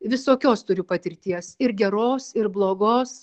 visokios turiu patirties ir geros ir blogos